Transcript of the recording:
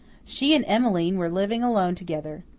she and emmeline were living alone together.